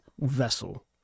vessel